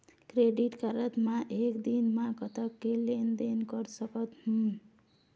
Credit card मे एक दिन म कतक के लेन देन कर सकत हो?